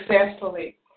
successfully